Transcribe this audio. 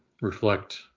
reflect